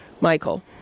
Michael